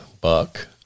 buck